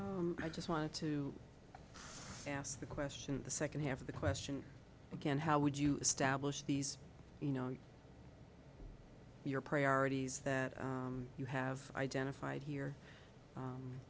i just want to ask the question the second half of the question again how would you establish these you know your priorities that you have identified